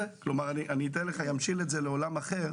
אמשיל את זה לעולם אחר